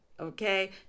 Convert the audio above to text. Okay